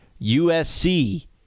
usc